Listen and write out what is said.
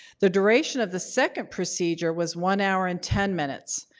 the duration of the second procedure was one hour and ten minutes.